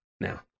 now